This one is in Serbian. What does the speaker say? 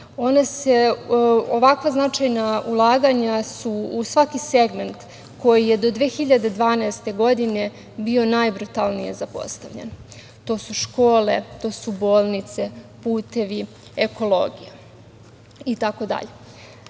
ovakva značajna ulaganja su u svaki segment koji je do 2012. godine bio najbrutalnije zapostavljen. To su škole, to su bolnice, putevi, ekologija, itd.S